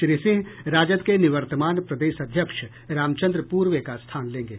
श्री सिंह राजद के निवर्तमान प्रदेश अध्यक्ष रामचंद्र पूर्वे का स्थान लेंगे